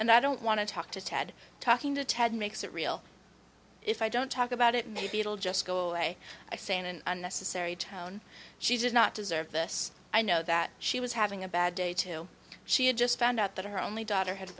and i don't want to talk to ted talking to ted makes it real if i don't talk about it maybe it'll just go away i say in an unnecessary tone she does not deserve this i know that she was having a bad day too she had just found out that her only daughter had